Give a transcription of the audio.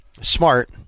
Smart